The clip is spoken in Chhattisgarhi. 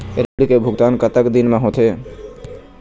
ऋण के भुगतान कतक दिन म होथे?